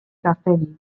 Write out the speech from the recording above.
gaztedi